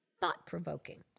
thought-provoking